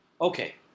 Okay